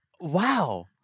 Wow